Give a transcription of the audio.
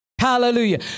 Hallelujah